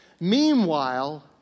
Meanwhile